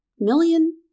million